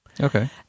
Okay